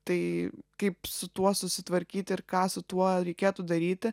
tai kaip su tuo susitvarkyti ir ką su tuo reikėtų daryti